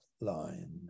line